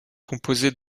composée